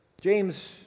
James